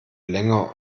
länger